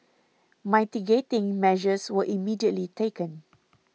mitigating measures were immediately taken